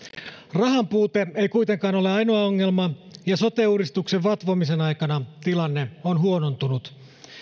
rahan puute ei kuitenkaan ole ainoa ongelma ja sote uudistuksen vatvomisen aikana tilanne on huonontunut